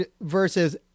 versus